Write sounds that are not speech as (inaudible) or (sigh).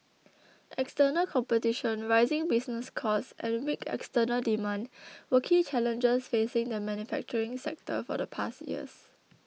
(noise) external competition rising business costs and weak external demand (noise) were key challenges facing the manufacturing sector for the past years